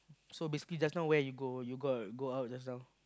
so basically just now where you go you got go out just now